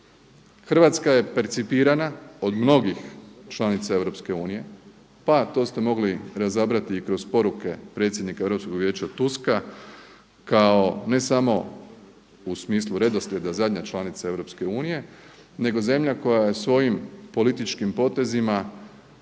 Hrvatska je percipirana od mnogih članica EU pa to ste mogli razabrati i kroz poruke predsjednika Europskog vijeća Tuska kao ne samo u smislu redoslijeda zadnja članica EU nego zemlja koja je svojim političkim potezima